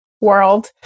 world